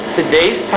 today's